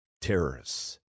terrorists